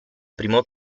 primo